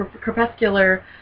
crepuscular